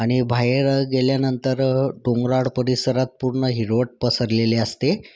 आणि बाहेर गेल्यानंतर डोंगराळ परिसरात पूर्ण हिरवळ पसरलेली असते